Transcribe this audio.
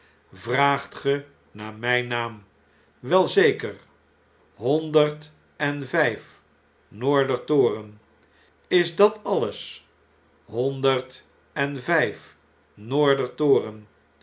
vraagt ge naar mp naam wel zeker ahonderd en vijf noorder toren is dat alles b honderd en vjjf